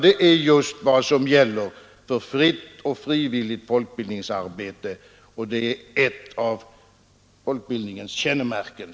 Det är just vad som gäller för fritt och frivilligt folkbildningsarbete, och det är ett av folkbildningens kännemärken.